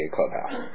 Clubhouse